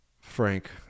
Frank